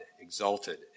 exalted